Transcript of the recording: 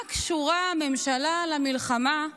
מה קשורה הממשלה למלחמה,